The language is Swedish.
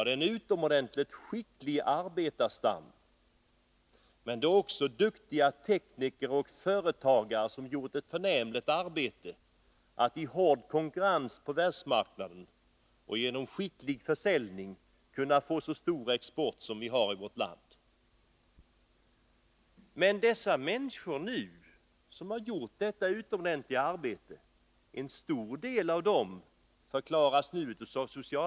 Det är naturligtvis en skicklig arbetarstam, men det är också duktiga tekniker och företagare, som har gjort ett förnämligt arbete. I hård konkurrens på världsmarknaden har de sedan tack vare skicklig försäljning åstadkommit den stora export som vihar. Men nu förklarar socialdemokraterna att de människor som har utfört detta utomordentliga arbete inte längre duger.